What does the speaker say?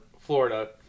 Florida